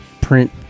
print